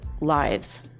lives